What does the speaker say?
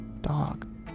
dog